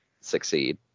succeed